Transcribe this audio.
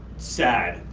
sad,